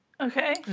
Okay